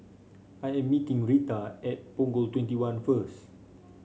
I am meeting Reta at Punggol Twenty one first